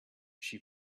she